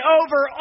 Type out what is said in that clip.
over